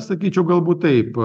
sakyčiau galbūt taip